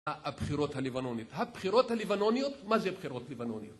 הבחירות הלבנוניות. הבחירות הלבנוניות, מה זה בחירות לבנוניות?